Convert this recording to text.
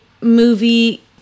movie